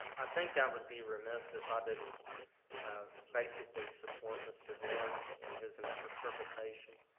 i think i would be remiss if i didn't basically support mr. doran in his interpretation.